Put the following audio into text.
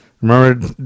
Remember